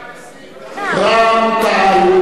רע"ם-תע"ל,